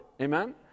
Amen